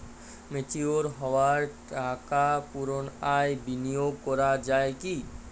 Mature হওয়া টাকা পুনরায় বিনিয়োগ করা য়ায় কি?